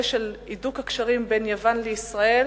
של הידוק הקשרים בין יוון לישראל,